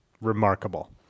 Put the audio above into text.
Remarkable